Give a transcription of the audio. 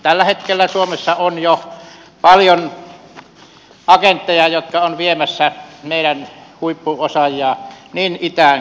tällä hetkellä suomessa on jo paljon agentteja jotka ovat viemässä meidän huippuosaajiamme niin itään kuin länteenkin